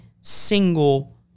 single